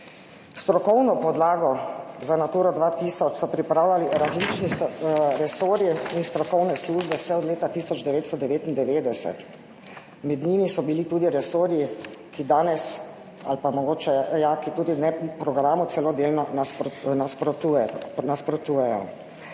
Strokovno podlago za Naturo 2000 so pripravljali različni resorji in strokovne službe vse od leta 1999. Med njimi so bili tudi resorji, ki danes ali pa mogoče ja, ki tudi programu celo delno nasprotujejo.